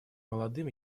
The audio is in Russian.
молодым